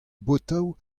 botoù